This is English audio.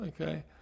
Okay